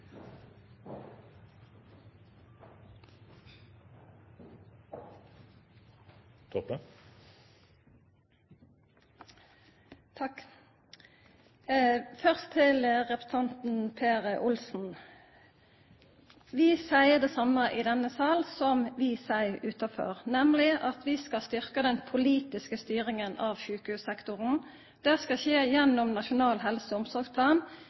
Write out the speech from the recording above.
Først til representanten Per Arne Olsen: Vi seier det same i denne salen som vi seier utanfor, nemleg at vi skal styrkja den politiske styringa av sjukehussektoren. Det skal skje gjennom Nasjonal helse- og omsorgsplan,